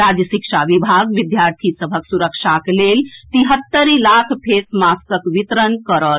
राज्य शिक्षा विभाग विद्यार्थी सभक सुरक्षाक लेल तिहत्तरि लाख फेस मास्कक वितरण करत